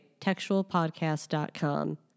textualpodcast.com